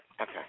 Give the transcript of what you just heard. Okay